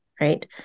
right